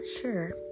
sure